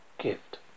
gift